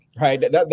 right